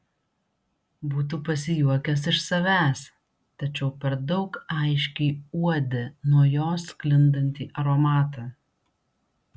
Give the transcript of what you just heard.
būtų pasijuokęs iš savęs tačiau per daug aiškiai uodė nuo jos sklindantį aromatą